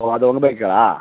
ஓ அது உங்கள் பைக்குங்களா